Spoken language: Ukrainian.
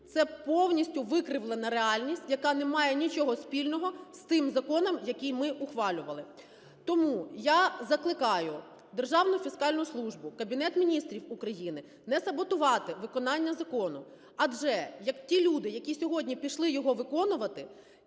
Це повністю викривлена реальність, яка не має нічого спільного з тим законом, який ми ухвалювали. Тому я закликаю Державну фіскальну службу, Кабінет Міністрів України не саботувати виконання закону, адже як ті люди, які сьогодні пішли його виконувати,